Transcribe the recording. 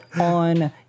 on